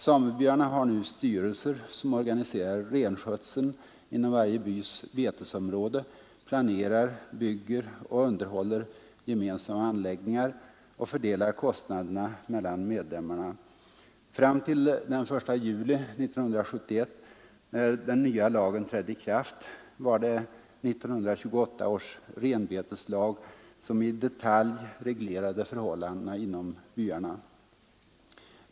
Samebyarna har nu styrelser, som organiserar renskötseln inom varje bys betesområde, planerar, bygger och underhåller gemensamma anläggningar och fördelar kostnaderna mellan medlemmarna. Fram till den 1 juli 1971, då den nya lagen trädde i kraft, var det 1928 års renbeteslag som i detalj reglerade förhållandena inom byarna.